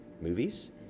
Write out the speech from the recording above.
movies